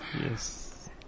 Yes